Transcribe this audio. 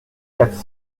quatre